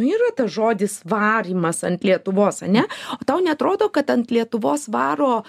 nu yra tas žodis varymas ant lietuvos ane o tau neatrodo kad ant lietuvos varo